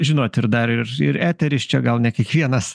žinot ir dar ir ir eteris čia gal ne kiekvienas